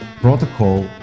protocol